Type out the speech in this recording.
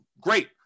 Great